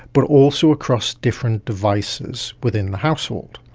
but also across different devices within the household.